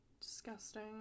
Disgusting